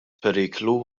periklu